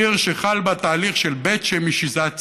עיר שחל בה תהליך של בית-שמשיזציה.